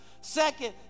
Second